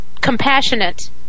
compassionate